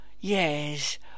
Yes